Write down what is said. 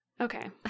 Okay